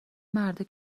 مردا